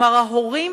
כלומר ההורים,